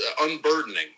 unburdening